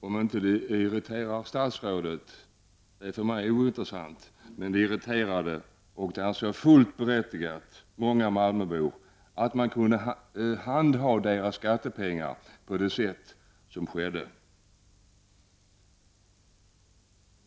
Om det inte irriterar statsrådet är för mig ointressant, men det irriterar många malmöbor, fullständigt berättigat, att man har kunnat handha deras skattepengar på det vis som har skett.